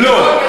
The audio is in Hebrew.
לא.